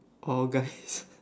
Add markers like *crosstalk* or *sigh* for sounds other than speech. or guys *laughs*